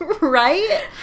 Right